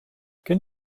can